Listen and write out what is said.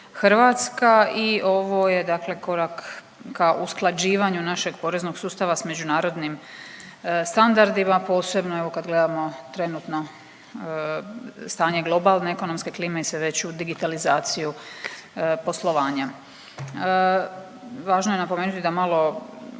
i RH i ovo je korak ka usklađivanju našeg porezanog sustava s međunarodnim standardima, posebno evo kad gledamo trenutno stanje globalne ekonomske klime i sve veću digitalizaciju poslovanja. Važno je napomenuti da malo